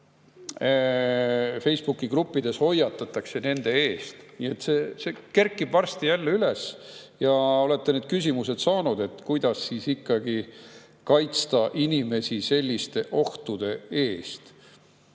Facebooki gruppides hoiatatakse nende eest. Nii et see kerkib varsti jälle üles. Olete need küsimused saanud. Kuidas siis ikkagi kaitsta inimesi selliste ohtude eest?